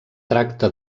tracta